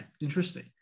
Interesting